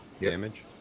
damage